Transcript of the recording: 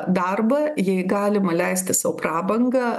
darbą jei galima leisti sau prabangą